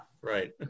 Right